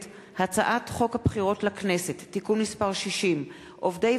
הצעת חוק השיפוט הצבאי (תיקון מס' 69)